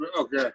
Okay